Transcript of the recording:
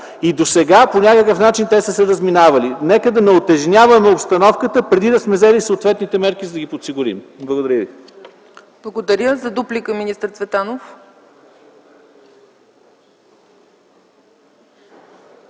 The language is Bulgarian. Досега по някакъв начин те са се разминавали. Нека да не утежняваме обстановката, преди да сме взели съответните мерки, за да ги подсигурим. Благодаря ви. ПРЕДСЕДАТЕЛ ЦЕЦКА ЦАЧЕВА: Благодаря. За дуплика – министър Цветанов.